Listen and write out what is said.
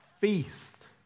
feast